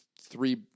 three